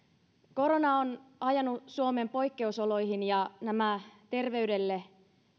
korona on ajanut suomen poikkeusoloihin ja nämä